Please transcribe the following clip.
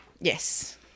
Yes